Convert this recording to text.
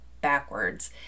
backwards